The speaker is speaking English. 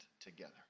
together